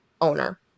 owner